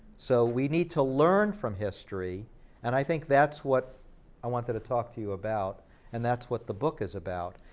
so we need to learn from history and i think that's what i wanted to talk to you about and that's what the book is about,